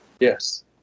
Yes